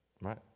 right